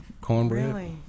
cornbread